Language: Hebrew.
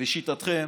לשיטתכם,